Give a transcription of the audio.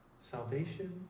Salvation